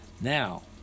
Now